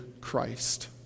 Christ